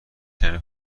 کمی